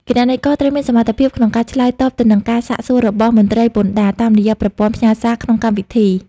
គណនេយ្យករត្រូវមានសមត្ថភាពក្នុងការឆ្លើយតបទៅនឹងការសាកសួររបស់មន្ត្រីពន្ធដារ តាមរយៈប្រព័ន្ធផ្ញើសារក្នុងកម្មវិធី។